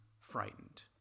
frightened